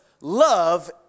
love